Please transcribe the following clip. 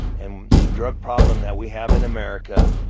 and the drug problem that we have in america,